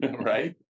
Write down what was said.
Right